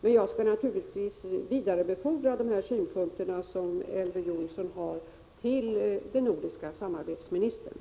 Men jag skall naturligtvis vidarebefordra Elver Jonssons synpunkter till ministern för det nordiska samarbetet.